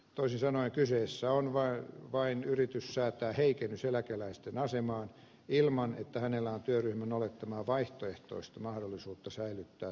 toisin sanoen kyseessä on vain yritys säätää heikennys eläkeläisten asemaan ilman että heillä on työryhmän olettamaa vaihtoehtoista mahdollisuutta säilyttää tulotasoansa työnteolla